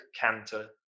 canter